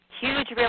Huge